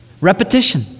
Repetition